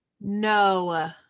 No